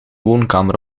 woonkamer